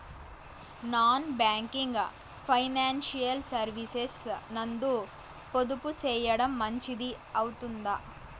Non banking financial services నందు పొదుపు సేయడం మంచిది అవుతుందా?